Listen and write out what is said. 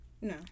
No